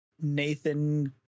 Nathan